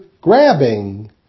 grabbing